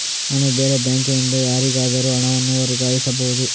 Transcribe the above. ನಾನು ಬೇರೆ ಬ್ಯಾಂಕ್ ನಿಂದ ಯಾರಿಗಾದರೂ ಹಣವನ್ನು ವರ್ಗಾಯಿಸಬಹುದ?